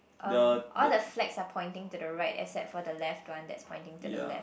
um all the flags are pointing to the right except for the left one that's pointing to the left